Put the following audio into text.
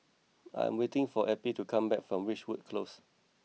I am waiting for Eppie to come back from Ridgewood Close